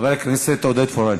חבר הכנסת עודד פורר.